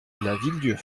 lavilledieu